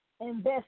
invest